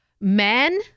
Men